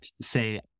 say